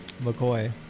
McCoy